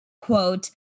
quote